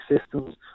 systems